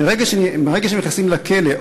מרגע שהם נכנסים לכלא,